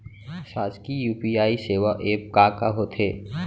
शासकीय यू.पी.आई सेवा एप का का होथे?